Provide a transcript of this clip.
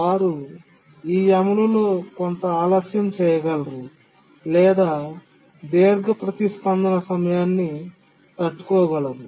వారు ఈ అమలులో కొంత ఆలస్యం చేయగలరు లేదా దీర్ఘ ప్రతిస్పందన సమయాన్ని తట్టుకోగలరు